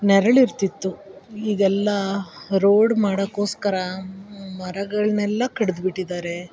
ನೆರಳಿರ್ತಿತ್ತು ಈಗೆಲ್ಲ ರೋಡ್ ಮಾಡೋಕೋಸ್ಕರ ಮರಗಳನೆಲ್ಲ ಕಡ್ದು ಬಿಟ್ಟಿದ್ದಾರೆ